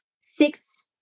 six